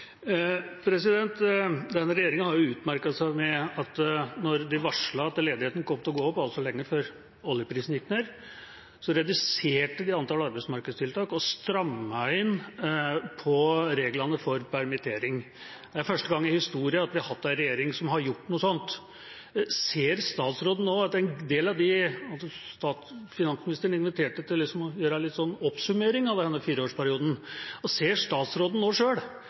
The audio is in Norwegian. Denne regjeringa har jo utmerket seg med at da de varslet at ledigheten kom til å gå opp, altså lenge før oljeprisen gikk ned, reduserte de antall arbeidsmarkedstiltak og strammet inn reglene for permittering. Det er første gang i historien vi har hatt en regjering som har gjort noe sånt. Finansministeren inviterte til å gjøre en oppsummering av denne fireårsperioden. Ser statsråden nå selv at en del av de